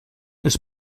els